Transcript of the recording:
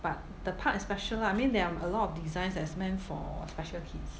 but the park is special lah I mean there are a lot of designs that's meant for special kids